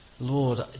Lord